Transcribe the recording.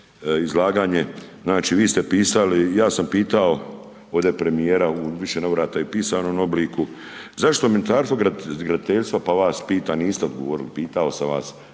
izlaganje, znači vi ste pisali, ja sam pitao ovdje premijera u više navrata i u pisanom obliku, zašto Ministarstvo graditeljstva pa vas pitam, niste odgovorili, pitao sam vas